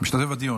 הוא משתתף בדיון.